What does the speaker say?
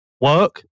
work